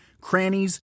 crannies